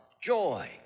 joy